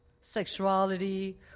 sexuality